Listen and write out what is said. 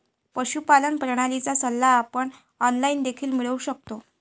पशुपालन प्रणालीचा सल्ला आपण ऑनलाइन देखील मिळवू शकतो